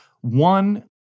One